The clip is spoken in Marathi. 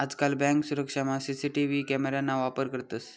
आजकाल बँक सुरक्षामा सी.सी.टी.वी कॅमेरा ना वापर करतंस